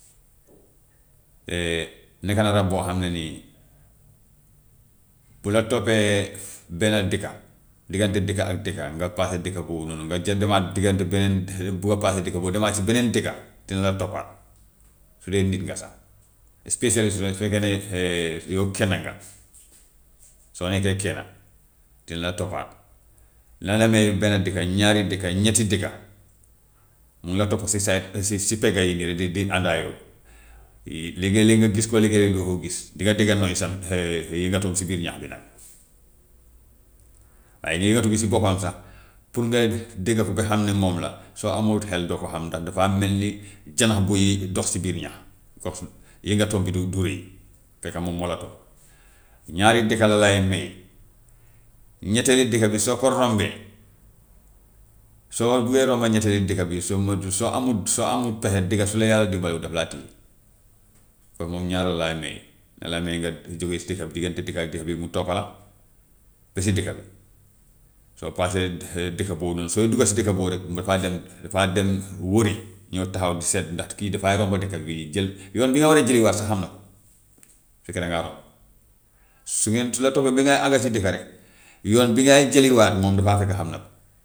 nekk na rab boo xam ne nii bu la toppee benn dëkka diggante dëkk ak dëkka nga paase dëkk boobu noonu nga jë- demaat diggante beneen dëkk boo paasee dëkk boobu demaat si beneen dëkka dina la toppa su dee nit nga sax especially su fekkee ne yow kenn nga soo nekkee kenna dina la toppa na la may benn dëkk ñaari dëkk ñetti dëkka, mu ngi la topp si sa si si pegg yi nii rek di di di ànd ak yow, léegi léeg nga gis ko, léegi léeg doo ko gis dinga dégg am yëngatoom si biir ñax bi nag waaye yëngatu bi si boppam sax pour nga dégg ko ba xam ne moom la soo amut xel doo ko xam ndax dafaa mel ni janax buy dox si biir ñax kooku yëngatoom bi du du rëy fekk moom moo la topp. Ñaari dëkka la lay may ñetteeli dëkka bi soo ko rombee soo buggee romb ñetteeli dëkk bi soo moytuwul soo amut soo amut pexe dëgg su la yàlla dimbalewul daf laa téye. Kooku moom ñaan la laa may, na la may nga jóge si dëkk bi diggante dëkk ak dëkk bi mu topp la ba si dëkk bi, soo paasee dëkk dëkk boobu noonu sooy dugga si dëkk boobu rek dafaa dem dafaa dem wëri ñëw taxaw di seet ndax kii dafay romb dëkk bii nii jël, yoon bi nga war a jëliwaat sax xam na ko, fekk dangaa romb, su ngeen su la toppee ba ngay engager dëkk rek yoon bi ngay jëliwaat moom dafaa fekk xam na ko.